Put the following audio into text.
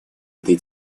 этой